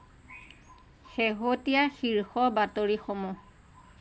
শেহতীয়া শীৰ্ষ বাতৰিসমূহ